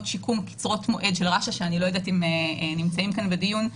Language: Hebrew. שיקום קצרות מועד של רש"א שאני לא יודעת אם נמצאים כאן בדיון,